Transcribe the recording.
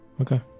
Okay